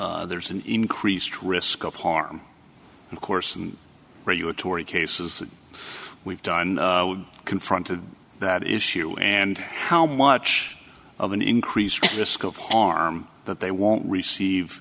there's an increased risk of harm of course and regulatory cases we've done confronted that issue and how much of an increased risk of harm that they won't receive